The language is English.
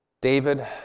David